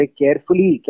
carefully